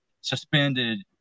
suspended